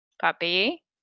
puppy